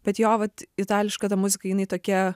bet jo vat itališka ta muzika jinai tokia